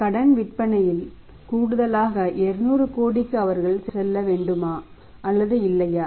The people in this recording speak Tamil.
கடன் விற்பனையில் கூடுதலாக 200 கோடிக்கு அவர்கள் செல்ல வேண்டுமா அல்லது இல்லையா